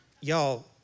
y'all